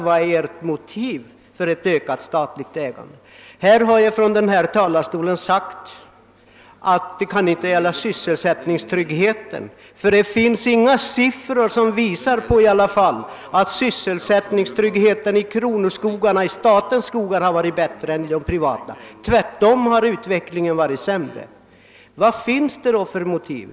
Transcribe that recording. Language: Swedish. Jag har sagt att det inte kan vara fråga om att skapa större sysselsättningstrygghet — inga siffror visar att den blir större i statsägda skogar än i privatägda, snarare tvärtom. Vad finns det då för motiv?